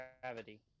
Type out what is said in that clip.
gravity